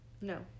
No